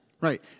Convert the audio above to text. right